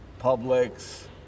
Publix